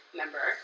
member